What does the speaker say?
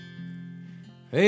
Hey